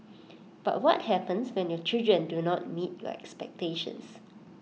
but what happens when your children do not meet your expectations